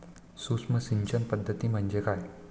सूक्ष्म सिंचन पद्धती म्हणजे काय?